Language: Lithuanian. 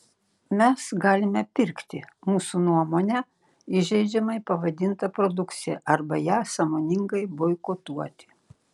mes galime pirkti mūsų nuomone įžeidžiamai pavadintą produkciją arba ją sąmoningai boikotuoti